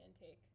intake